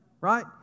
right